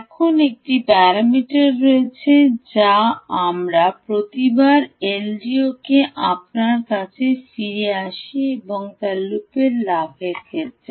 এখন একটি প্যারামিটার রয়েছে যা আমরা প্রতিবার এলডিও তে আপনার কাছে ফিরে আসি এবং তা লুপ র ক্ষেত্রে